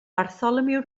bartholomew